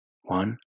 One